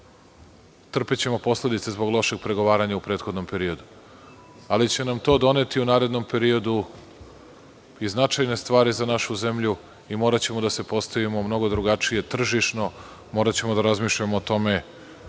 Trpećemo posledice zbog lošeg pregovaranju u prethodnom periodu, ali će nam to doneti u narednom periodu i značajne stvari za našu zemlju i moraćemo da se postavimo mnogo drugačije tržišno, moraćemo da razmišljamo o tome